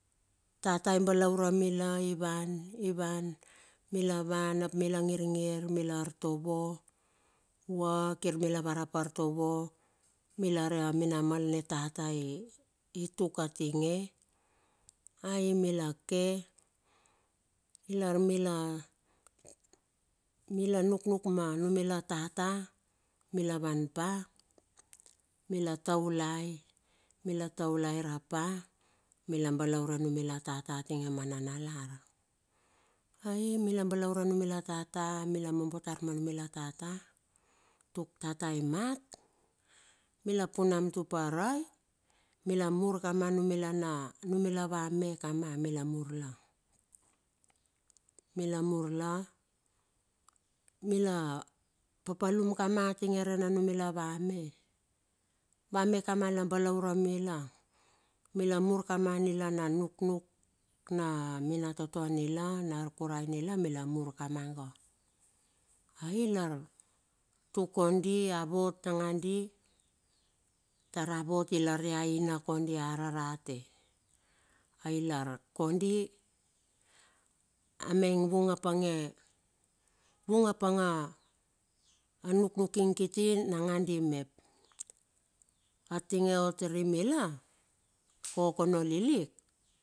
Tata i balaure mila iwan iwan mila wan ap mila ngirngir mila artovo, vua kir mila varap artovo, mila re a minamal ni tata i tuk atinge, ai mila ke lar mila, mila nuknuk ma numila tata. Mila wan pa mila taulai, mila taulai rapa, mila balaure numila tata atinge ma nanalar. Ai mila balaure numila tata, mila mombo tar manumila tata tuk tata i mat, mila punam tupar ai. Mila mur kama numila na, numila vame kama mila mur la. Mila mur la, mila papalum kama tinge rena numila vame, vame kama la balaure mila. Mila mur kama nila na nuknuk na minatoto nila na arkurai nila. Mila mur kamanga, aii lar tuk kondi, avot nangandi vot lar ia ina kondi ararate. Ailar kondi, amaing vung apange a nuknuking kiti nangandi mep. atinge ot rimila, kokono lilik.